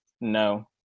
No